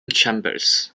chambers